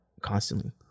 constantly